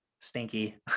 stinky